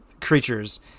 creatures